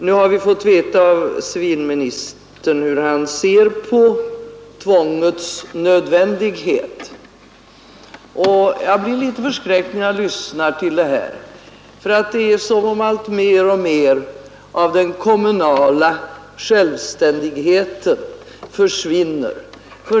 Nu har vi fått veta av civilministern hur han ser på tvångets nödvändighet. Jag blir litet förskräckt, när jag lyssnar till det här, för det är som om allt mer och mer av den kommunala självständigheten försvinner.